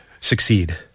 succeed